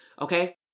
Okay